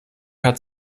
hat